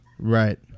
Right